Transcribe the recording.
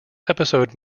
episode